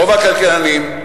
רוב הכלכלנים,